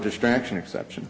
distraction exception